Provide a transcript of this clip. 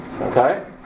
okay